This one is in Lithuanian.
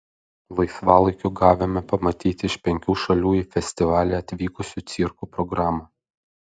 laisvalaikiu gavome pamatyti iš penkių šalių į festivalį atvykusių cirkų programą